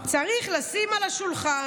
"צריך לשים על השולחן: